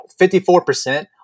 54